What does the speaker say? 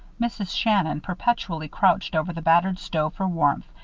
mrs. shannon, perpetually crouched over the battered stove for warmth,